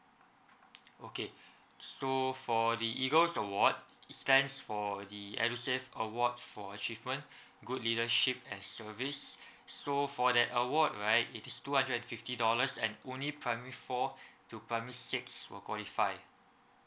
okay so for the eagles award stands for the edusave awards for achievement good leadership and service so for that award right it's two hundred fifty dollars and only primary four and primary six will qualify